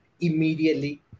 immediately